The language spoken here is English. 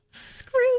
Screw